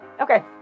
Okay